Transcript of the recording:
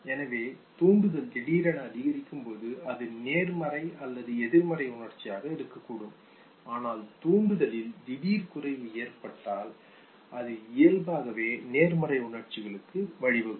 எனவே தூண்டுதல் திடீரென அதிகரிக்கும் போது அது நேர்மறை அல்லது எதிர்மறை உணர்ச்சியாக இருக்கக்கூடும் ஆனால் தூண்டுதலில் திடீர் குறைவு ஏற்பட்டால் அது இயல்பாகவே நேர்மறை உணர்ச்சிகளுக்கு வழிவகுக்கும்